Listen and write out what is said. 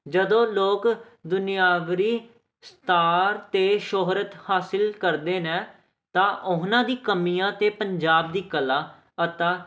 ਜਦੋਂ ਲੋਕ ਦੁਨਿਆਵੀ ਸਤਾਰ ਅਤੇ ਸ਼ੋਹਰਤ ਹਾਸਲ ਕਰਦੇ ਨੇ ਤਾਂ ਉਹਨਾਂ ਦੀ ਕਮੀਆਂ ਅਤੇ ਪੰਜਾਬ ਦੀ ਕਲਾ ਅਥਾਹ